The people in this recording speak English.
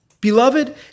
Beloved